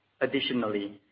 Additionally